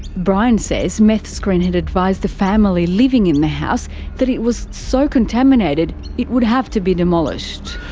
brian says meth screen had advised the family living in the house that it was so contaminated it would have to be demolished.